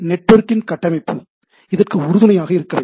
நெட்வொர்க்கின் கட்டமைப்பு இதற்கு உறுதுணையாக இருக்க வேண்டும்